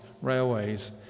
railways